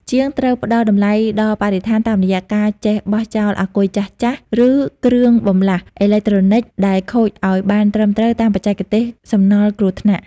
ជាងត្រូវផ្ដល់តម្លៃដល់បរិស្ថានតាមរយៈការចេះបោះចោលអាគុយចាស់ៗ ឬគ្រឿងបន្លាស់អេឡិចត្រូនិកដែលខូចឱ្យបានត្រឹមត្រូវតាមបច្ចេកទេសសំណល់គ្រោះថ្នាក់។